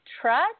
trust